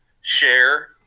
share